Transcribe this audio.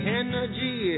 energy